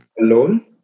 alone